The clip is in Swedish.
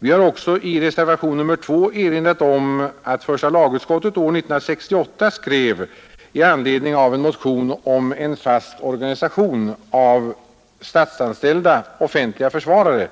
Vi har också i reservationen 2 erinrat om att första lagutskottet år 1968 skrev i anledning av en motion om en fast organisation av statsanställda offentliga försvarare